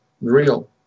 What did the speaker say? real